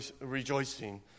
rejoicing